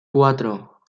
cuatro